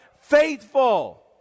Faithful